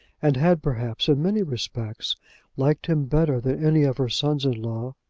and had perhaps in many respects liked him better than any of her sons-in-law,